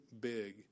big